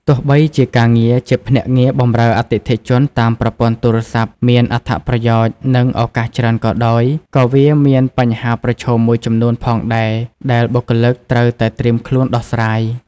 ទោះបីជាការងារជាភ្នាក់ងារបម្រើអតិថិជនតាមប្រព័ន្ធទូរស័ព្ទ មានអត្ថប្រយោជន៍ និងឱកាសច្រើនក៏ដោយ ក៏វាមានបញ្ហាប្រឈមមួយចំនួនផងដែរ ដែលបុគ្គលិកត្រូវតែត្រៀមខ្លួនដោះស្រាយ។